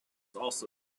also